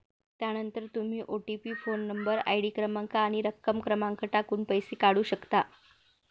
त्यानंतर तुम्ही OTP phone number, ID क्रमांक आणि रक्कम क्रमांक टाकून पैसे काढू शकता